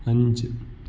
അഞ്ച്